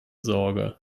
sorge